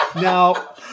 Now